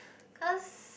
cause